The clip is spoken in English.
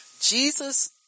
Jesus